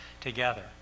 together